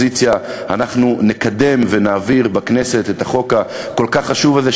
והאופוזיציה אנחנו נקדם ונעביר בכנסת את החוק הכל-כך חשוב הזה,